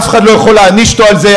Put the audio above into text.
אף אחד לא יכול להעניש אותו על זה.